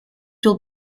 will